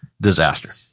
disaster